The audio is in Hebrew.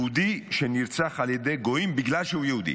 יהודי שנרצח על ידי גויים בגלל שהוא יהודי.